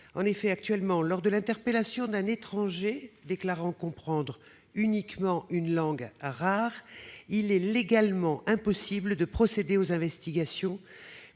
En effet, actuellement, lors de l'interpellation d'un étranger déclarant comprendre uniquement une langue rare, il est légalement impossible d'accomplir les investigations,